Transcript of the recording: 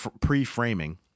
pre-framing